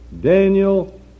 Daniel